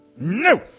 No